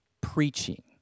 preaching